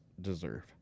deserve